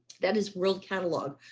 that is world catalog.